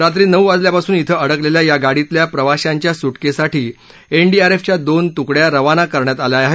रात्री नऊ वाजल्यापासून धिं अडकलेल्या या गाडीतल्या प्रवाशांच्या सुटकेसाठी एनडीआरएफच्या दोन तुकड्या रवाना करण्यात आल्या आहेत